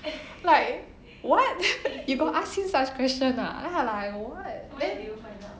like what you go ask him such questions ah then I'm like what